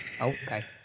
Okay